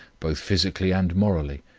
both physically and morally,